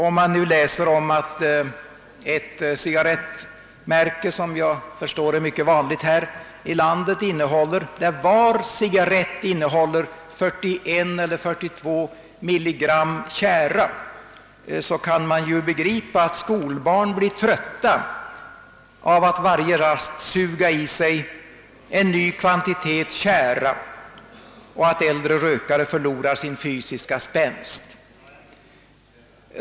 Om man läser om ett cigarrettmärke, som jag förstår är mycket vanligt här i landet, att varje cigarrett innehåller 41—42 milligram tjära, så kan man begripa att skolbarn blir trötta av att varje rast suga i sig en ny kvantitet tjära och att äldre rökare förlorar sin fysiska spänst.